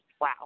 wow